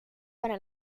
para